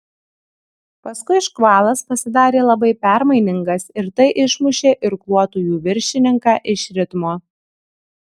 paskui škvalas pasidarė labai permainingas ir tai išmušė irkluotojų viršininką iš ritmo